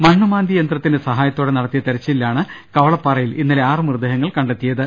മണ്ണുമാന്തി യന്ത്രത്തിന്റെ സഹായത്തോടെ നടത്തിയ തെര ച്ചിലിലാണ് കവളപ്പാറയിൽ ഇന്നലെ ആറ് മൃതദേഹങ്ങൾ കണ്ടെത്തിയത്